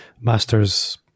Masters